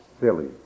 silly